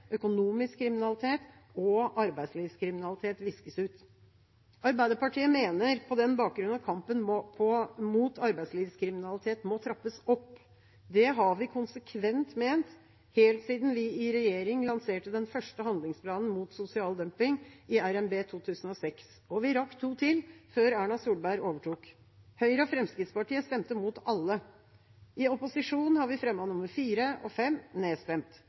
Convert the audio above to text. økonomisk kriminalitet og arbeidslivskriminalitet viskes ut. Arbeiderpartiet mener på den bakgrunn at kampen mot arbeidslivskriminalitet må trappes opp. Det har vi konsekvent ment, helt siden vi i regjering lanserte den første handlingsplanen mot sosial dumping i revidert nasjonalbudsjett 2006. Vi rakk to til før Erna Solberg overtok. Høyre og Fremskrittspartiet stemte mot alle. I opposisjon har vi fremmet nummer fire og fem, men er blitt nedstemt.